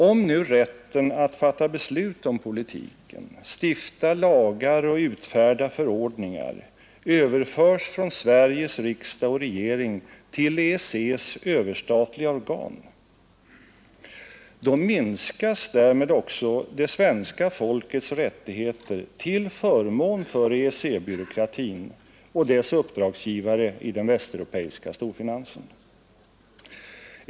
Om rätten att fatta beslut om politiken, stifta lagar och utfärda förordningar överförs från Sveriges riksdag och regering till EEC:s överstatliga organ, då minskas därmed också det svenska folkets rättigheter till förmån för EEC-byråkratin och dess uppdragsgivare i den västeuropeiska storfinansen.